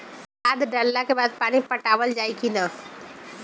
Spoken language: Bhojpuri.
खाद डलला के बाद पानी पाटावाल जाई कि न?